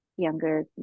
younger